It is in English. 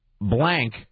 blank